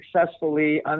Successfully